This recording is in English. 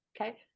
okay